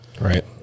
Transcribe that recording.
Right